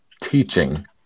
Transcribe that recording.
teaching